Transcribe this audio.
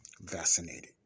vaccinated